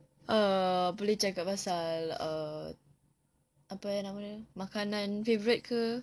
err boleh cakap pasal err apa eh nama dia makanan favourite ke